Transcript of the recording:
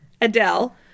Adele